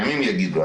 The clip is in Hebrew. ימים יגידו,